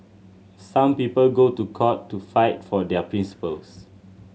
some people go to court to fight for their principles